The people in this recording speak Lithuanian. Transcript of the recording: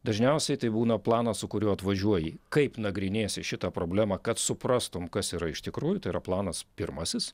dažniausiai tai būna planas su kuriuo atvažiuoji kaip nagrinėsi šitą problemą kad suprastum kas yra iš tikrųjų tai yra planas pirmasis